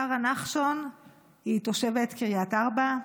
שרה נחשון היא תושבת קריית ארבע.